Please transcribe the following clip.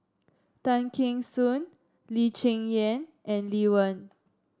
Tay Kheng Soon Lee Cheng Yan and Lee Wen